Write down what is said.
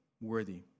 worthy